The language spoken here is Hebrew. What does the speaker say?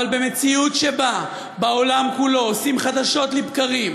אבל במציאות שבה בעולם כולו עושים חדשות לבקרים